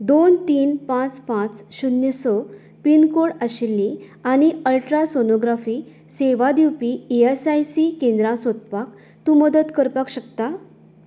दोन तीन पांच पांच शुन्य स पिनकोड आशिल्लीं आनी अल्ट्रासोनोग्राफी सेवा दिवपी ई एस आय सी केंद्रां सोदपाक तूं मदत करपाक शकता